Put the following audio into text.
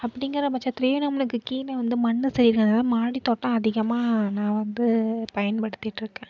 அப்படிங்கிற பட்சத்திலியே நம்மளுக்கு கீழே வந்து மண் சரி இல்லைன்னால தான் மாடி தோட்டம் அதிகமாக நான் வந்து பயன்படுத்திகிட்ருகேன்